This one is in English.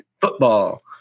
football